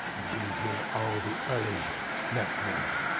be here all the earlier next morning.